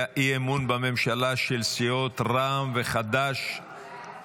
אי-אמון בממשלה של סיעות רע"מ וחד"ש-תע"ל.